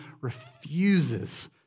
refuses